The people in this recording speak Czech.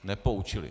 Nepoučili.